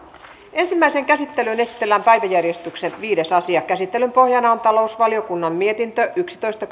ensimmäiseen käsittelyyn esitellään päiväjärjestyksen viides asia käsittelyn pohjana on talousvaliokunnan mietintö yksitoista